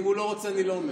אם הוא לא רוצה אני לא אומר.